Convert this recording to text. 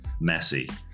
Messi